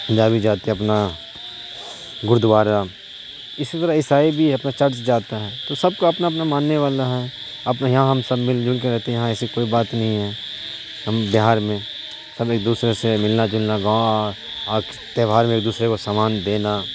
پنجابی جاتے اپنا گرودوارا اسی طرح عیسائی بھی ہے اپنا چرچ جاتا ہے تو سب کو اپنا اپنا ماننے والا ہے اپنا یہاں ہم سب مل جل کے رہتے ہیں یہاں ایسی کوئی بات نہیں ہے ہم بہار میں سب ایک دوسرے سے ملنا جلنا گاؤں تہوار میں ایک دوسرے کو سامان دینا